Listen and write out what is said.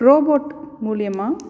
robot மூலயமா